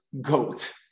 goat